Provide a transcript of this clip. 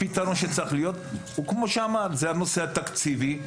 הפתרון שצריך להיות הוא כמו שנאמר, הנושא התקציבי.